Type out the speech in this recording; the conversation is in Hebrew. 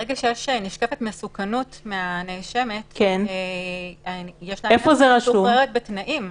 ברגע שנשקפת מסוכנות מהנאשמת -- יש --- בתנאים.